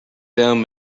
down